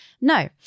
No